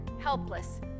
helpless